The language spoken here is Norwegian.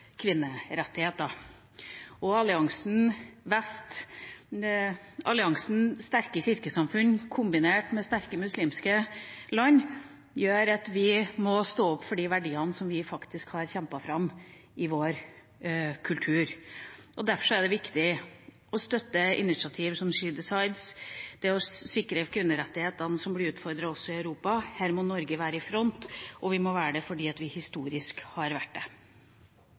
kvinnerettigheter. Alliansen av sterke kirkesamfunn kombinert med sterke muslimske land gjør at vi må stå opp for verdiene vi har kjempet fram i vår kultur. Derfor er det viktig å støtte initiativ som She Decides og å sikre kvinnerettighetene som blir utfordret også i Europa. Her må Norge være i front, og vi må være det fordi vi historisk har vært det.